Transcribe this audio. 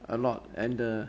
a lot and the